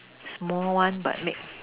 small one but make